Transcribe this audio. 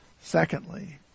Secondly